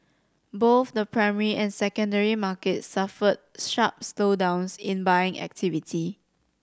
both the primary and secondary markets suffered sharp slowdowns in buying activity